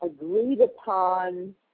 agreed-upon